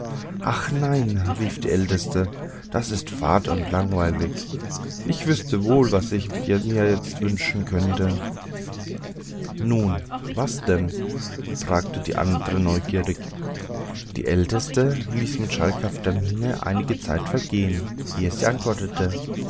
ach nein rief die älteste das ist fade und langweilig ich wüßte wohl was wir jetzt wünschen könnten nun was denn fragten die andern neugierig die älteste ließ mit schalkhafter miene einige zeit vergehen ehe sie antwortete